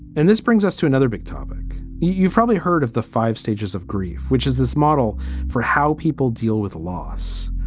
and this brings us to another big topic. you've probably heard of the five stages of grief, which is this model for how people deal with loss.